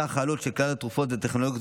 סך העלות של כלל התרופות והטכנולוגיות